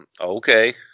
Okay